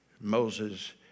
Moses